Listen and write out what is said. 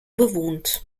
bewohnt